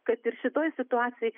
kad ir šitoj situacijoj